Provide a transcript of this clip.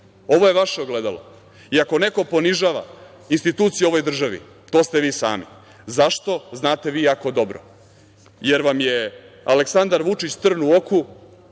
ovo je vaše ogledalo i ako neko ponižava institucije u ovoj državi, to ste vi sami. Zašto? Znate vi jako dobro, jer vam je Aleksandar Vučić trn u oku